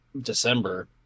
December